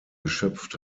geschöpft